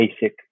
basic